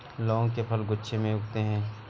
लौंग के फल गुच्छों में उगते हैं